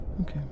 Okay